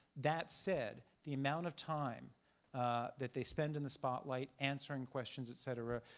that said, the amount of time that they spend in the spotlight answering questions, et cetera,